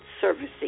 servicing